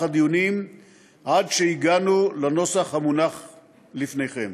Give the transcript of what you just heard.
הדיונים עד שהגענו לנוסח המונח לפניכם.